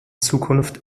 zukunft